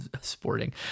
sporting